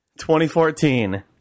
2014